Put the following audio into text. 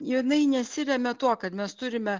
jinai nesiremia tuo kad mes turime